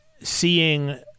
seeing